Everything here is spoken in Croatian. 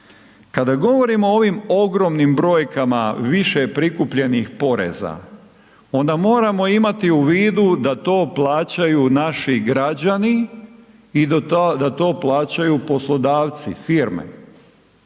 Kada govorimo o ovim ogromnim brojkama više prikupljenih poreza onda moramo imati u vidu da to plaćaju naši građani i da to plaćaju poslodavci, firme.